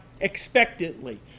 expectantly